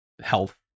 health